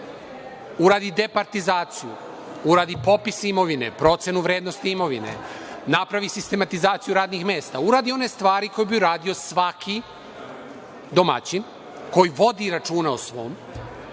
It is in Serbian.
uradi departizaciju, uradi popis imovine, procenu vrednosti imovine, napravi sistematizaciju radnih mesta, uradi one stvari koje bi uradio svaki domaćin koji vodu računa o svom,